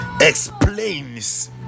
explains